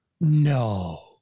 No